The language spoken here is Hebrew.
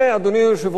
אדוני היושב-ראש,